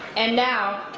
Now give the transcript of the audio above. and now,